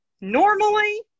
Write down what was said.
Normally